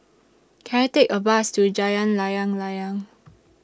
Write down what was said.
Can I Take A Bus to Jalan Layang Layang